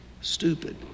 stupid